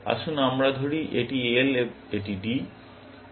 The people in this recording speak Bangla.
আসুন আমরা ধরি এটি L এটি D